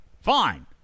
Fine